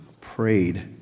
prayed